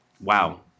wow